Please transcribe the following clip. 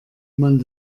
man